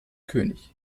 könig